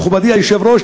מכובדי היושב-ראש,